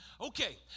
Okay